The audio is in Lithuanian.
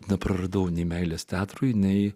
nepraradau nei meilės teatrui nei